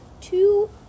Two